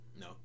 No